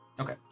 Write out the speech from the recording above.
Okay